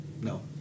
No